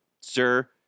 sir